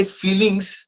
feelings